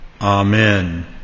Amen